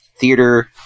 Theater